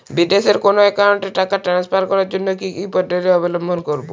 বিদেশের কোনো অ্যাকাউন্টে টাকা ট্রান্সফার করার জন্য কী কী পদ্ধতি অবলম্বন করব?